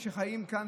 לא בני עם אחד,